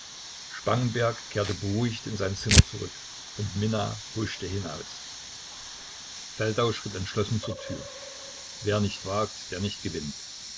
spangenberg kehrte beruhigt in sein zimmer zurück und minna huschte hinaus feldau schritt entschlossen zur tür wer nicht wagt der nicht gewinnt